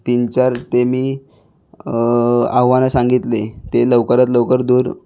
तीन चार ते मी आव्हानं सांगितली ते लवकरात लवकर दूर